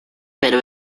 pero